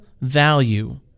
value